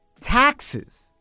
taxes